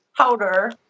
Powder